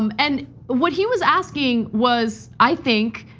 um and what he was asking was, i think,